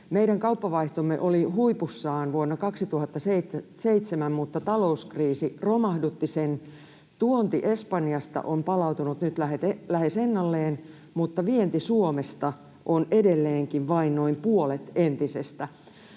Meidän kauppavaihtomme oli huipussaan vuonna 2007, mutta talouskriisi romahdutti sen. Tuonti Espanjasta on palautunut nyt lähes ennalleen, mutta vienti Suomesta on edelleenkin vain noin puolet entisestä.